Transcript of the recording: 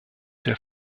der